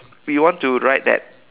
we want to ride that